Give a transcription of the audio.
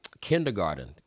kindergarten